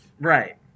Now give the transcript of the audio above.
Right